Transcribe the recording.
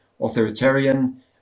authoritarian